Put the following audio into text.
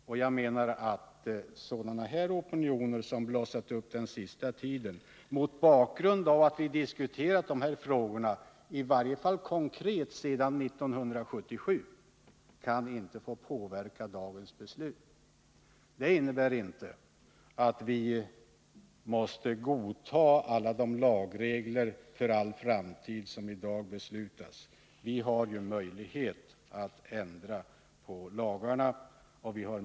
Mot bakgrund av att vi diskuterat de här frågorna konkret sedan 1977 menar jag att en opinion som blossat upp under den senaste tiden inte kan få påverka dagens beslut. Det innebär inte att vi för all framtid måste godta alla de lagregler som i dag beslutas. Vi har möjlighet att ändra lagarna. Vi hart.o.m.